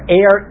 air